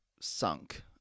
sunk